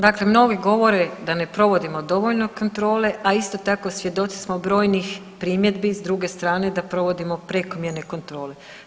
Dakle, mnogi govore da ne provodimo dovoljno kontrole, a isto tako svjedoci smo brojnih primjedbi s druge strane da provodimo prekomjerne kontrole.